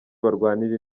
barwanira